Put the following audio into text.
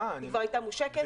היא הייתה מושקת.